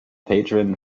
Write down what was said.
patron